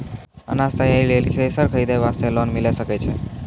अनाज तैयारी लेल थ्रेसर खरीदे वास्ते लोन मिले सकय छै?